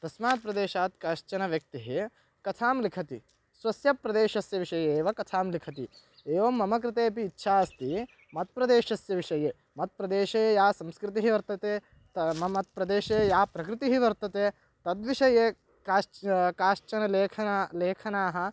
तस्मात् प्रदेशात् काचन व्यक्तिः कथां लिखति स्वस्य प्रदेशस्य विषये एव कथां लिखति एवं मम कृते अपि इच्छा अस्ति मत्प्रदेशस्य विषये मत्प्रदेशे या संस्कृतिः वर्तते त मम प्रदेशे या प्रकृतिः वर्तते तद्विषये काश्च कानि लेखनानि लेखनानि